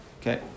Okay